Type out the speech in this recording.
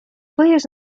põhjus